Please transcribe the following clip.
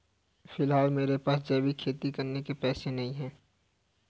फिलहाल मेरे पास जैविक खेती करने के पैसे नहीं हैं